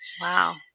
wow